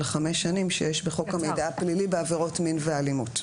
חמש שנים שיש בחוק המידע הפלילי בעבירות מין ואלימות.